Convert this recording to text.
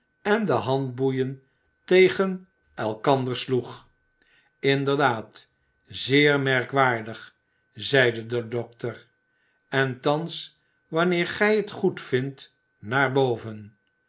en de handboeien tegen elkander sloeg inderdaad zeer merkwaardig zeide de dokter en thans wanneer gij t goedvindt naar boven